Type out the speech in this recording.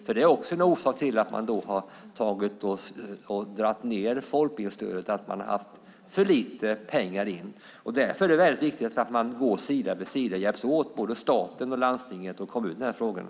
För en orsak till att man har dragit ned på folkbildningsstödet är att man har fått in för lite pengar. Därför är det väldigt viktigt att man går sida vid sida och hjälps åt, staten, landstinget och kommunerna, i de här frågorna.